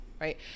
right